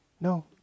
No